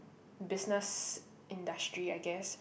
business industry I guess